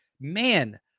man